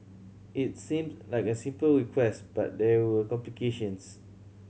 it seemed like a simple request but there were complications